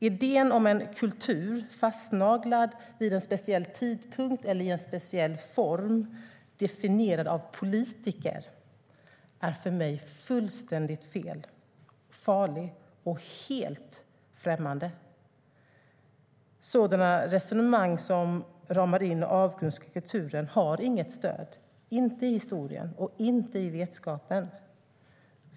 Idén om en kultur fastnaglad vid en speciell tidpunkt eller i en speciell form definierad av politiker är för mig fullständigt fel, farlig och helt främmande. Sådana resonemang som ramar in och avgränsar kulturen har inget stöd - inte i historien och inte i vetenskapen.